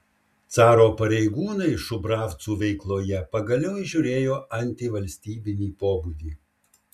caro pareigūnai šubravcų veikloje pagaliau įžiūrėjo antivalstybinį pobūdį